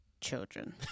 Children